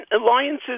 alliances